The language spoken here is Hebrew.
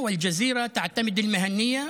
הכול בסדר.